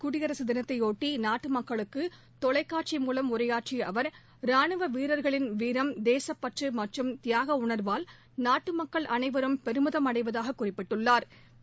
குடியரசுதினத்தைபொட்டி நாட்டு மக்களுக்கு தொலைக்காட்சி மூலம் உரையாற்றிய அவர் ரானுவ வீரர்களின் வீரம் தேச பற்று மற்றும் தியாக உணர்வால் நாட்டு மக்கள் அனைவரும் பெருமிதம் அடைவதாக குறிப்பிட்டா்